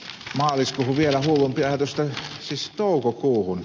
vielä hullumpi ajatus on että toukokuuhun